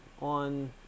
on